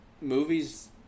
movies